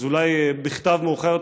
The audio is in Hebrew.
אז אולי בכתב מאוחר יותר.